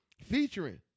featuring